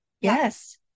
yes